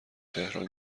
تهران